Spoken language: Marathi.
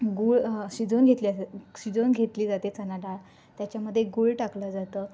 गुळ शिजून घेतली शिजून घेतली जाते चणा डाळ त्याच्यामध्ये गुळ टाकलं जातं